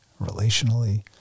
relationally